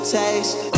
taste